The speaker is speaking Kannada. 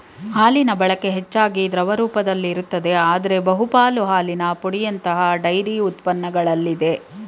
ಹಾಲಿನಬಳಕೆ ಹೆಚ್ಚಾಗಿ ದ್ರವ ರೂಪದಲ್ಲಿರುತ್ತದೆ ಆದ್ರೆ ಬಹುಪಾಲು ಹಾಲಿನ ಪುಡಿಯಂತಹ ಡೈರಿ ಉತ್ಪನ್ನಗಳಲ್ಲಿದೆ